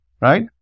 right